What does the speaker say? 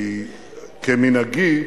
כמנהגי,